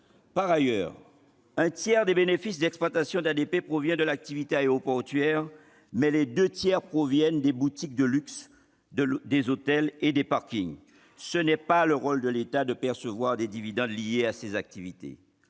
Par ailleurs, un tiers des bénéfices d'exploitation d'ADP provient de l'activité aéroportuaire, mais les deux tiers proviennent des boutiques de luxe, des hôtels et des parkings. Ce n'est pas le rôle de l'État de percevoir des dividendes liés à ces activités